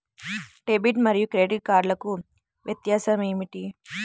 Debit మరియు credit కార్డ్లకు వ్యత్యాసమేమిటీ?